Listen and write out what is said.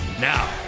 Now